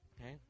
Okay